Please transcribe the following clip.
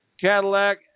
cadillac